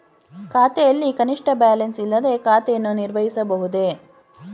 ಖಾತೆಯಲ್ಲಿ ಕನಿಷ್ಠ ಬ್ಯಾಲೆನ್ಸ್ ಇಲ್ಲದೆ ಖಾತೆಯನ್ನು ನಿರ್ವಹಿಸಬಹುದೇ?